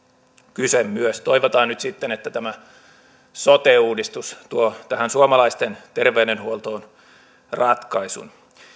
kyse toivotaan nyt sitten että tämä sote uudistus tuo tähän suomalaisten terveydenhuoltoon ratkaisun